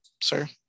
Sir